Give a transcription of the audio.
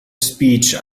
speech